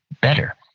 better